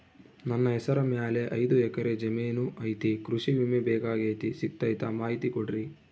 ನನ್ನ ಹೆಸರ ಮ್ಯಾಲೆ ಐದು ಎಕರೆ ಜಮೇನು ಐತಿ ಕೃಷಿ ವಿಮೆ ಬೇಕಾಗೈತಿ ಸಿಗ್ತೈತಾ ಮಾಹಿತಿ ಕೊಡ್ರಿ?